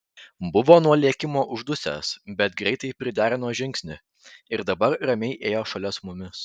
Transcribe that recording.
buvo nuo lėkimo uždusęs bet greitai priderino žingsnį ir dabar ramiai ėjo šalia su mumis